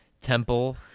temple